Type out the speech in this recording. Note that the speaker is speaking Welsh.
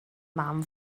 mam